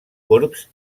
corbs